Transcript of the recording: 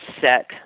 set